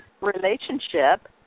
relationship